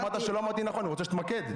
אמרת שלא אמרתי נכון, אני רוצה שתתמקד.